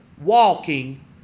walking